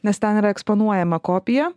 nes ten yra eksponuojama kopija